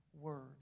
word